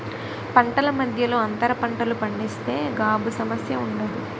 పంటల మధ్యలో అంతర పంటలు పండిస్తే గాబు సమస్య ఉండదు